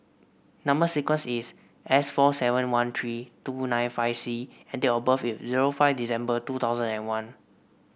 number sequence is S four seven one three two nine five C and date of birth is zero five December two thousand and one